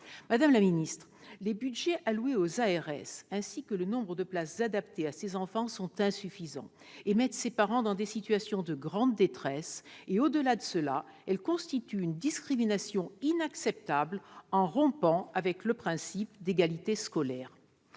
Madame la secrétaire d'État, les budgets alloués aux ARS, ainsi que le nombre de places adaptées à ces enfants, sont insuffisants et mettent les parents dans des situations de grande détresse. Au-delà, cette situation constitue une discrimination inacceptable en rompant avec le principe d'égalité scolaire.